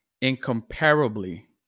incomparably